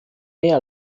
mehr